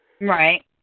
Right